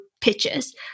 pitches